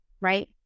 Right